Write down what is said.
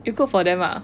you cook for them ah